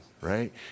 right